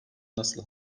nasıl